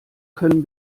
können